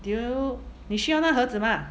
do you 你需要那盒子吗